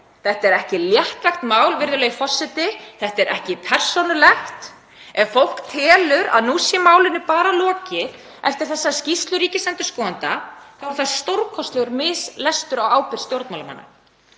Þetta er ekki léttvægt mál, virðulegi forseti. Þetta er ekki persónulegt. Ef fólk telur að nú sé málinu bara lokið eftir þessa skýrslu ríkisendurskoðanda er það stórkostlegur mislestur á ábyrgð stjórnmálamanna.